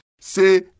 Say